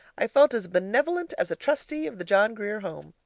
i felt as benevolent as a trustee of the john grier home.